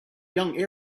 young